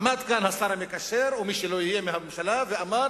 עמד כאן השר המקשר או מי שלא יהיה מהממשלה ואמר: